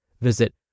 Visit